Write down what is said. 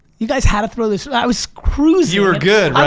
you guys had to throw this i was cruising. you were good, right?